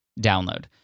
download